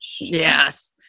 Yes